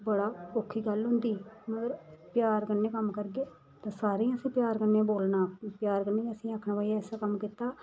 बड़ा औक्खी गल्ल होंदी मगर प्यार कन्नै कम्म करगे तां सारें गी असें प्यार कन्नै बोलना प्यार कन्नै गै असें आखना कि भाई असें कम्म कीता